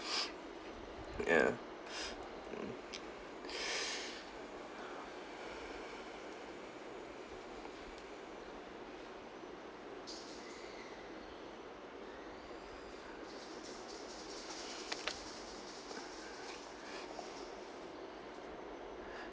ya mm